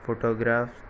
photographs